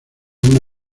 una